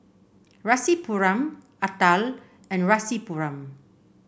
Rasipuram Atal and Rasipuram